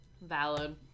Valid